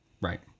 Right